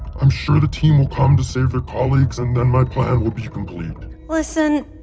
i'm sure the team will come to save their colleagues, and then my plan will be complete listen.